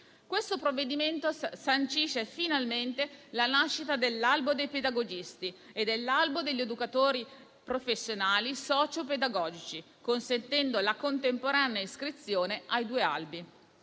Questo provvedimento sancisce finalmente la nascita dell'albo dei pedagogisti e dell'albo degli educatori professionali socio-pedagogici, consentendo la contemporanea iscrizione ai due albi.